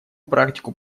практику